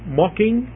mocking